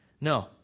No